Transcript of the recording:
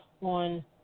on